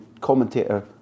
commentator